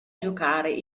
giocare